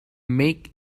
make